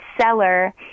seller